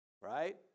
Right